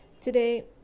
Today